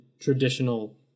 traditional